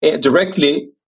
directly